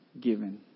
given